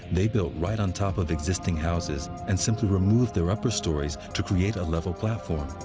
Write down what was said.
they built right on top of existing houses, and simply removed their upper stories to create a level platform.